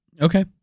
Okay